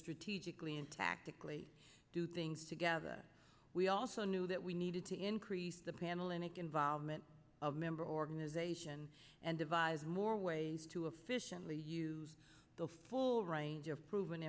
strategically and tactically do things together we also knew that we needed to increase the panel and involvement of member organization and devise more ways to officially use the full range of proven